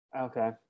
Okay